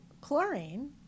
chlorine